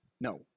No